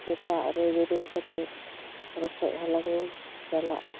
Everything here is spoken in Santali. ᱥᱮᱛᱟᱜ ᱨᱮ ᱵᱮᱨᱮᱫ ᱠᱟᱛᱮᱫ ᱨᱚᱠᱚᱡ ᱦᱟᱞᱟᱝᱤᱧ ᱪᱟᱞᱟᱜᱼᱟ